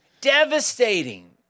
Devastating